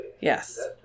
Yes